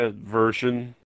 version